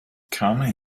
come